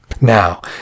Now